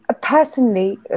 Personally